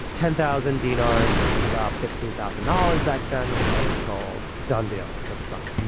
ten thousand dinars, which is about fifteen thousand dollars back then, as i was told. done deal. let's sign